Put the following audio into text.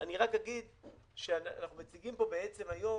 אנחנו מציגים היום